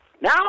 Now